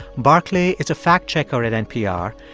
barclay is a fact-checker at npr,